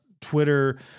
Twitter